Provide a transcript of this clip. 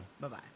Bye-bye